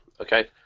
okay